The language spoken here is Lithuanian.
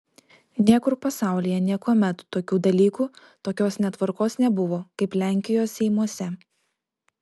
niekur pasaulyje niekuomet tokių dalykų tokios netvarkos nebuvo kaip lenkijos seimuose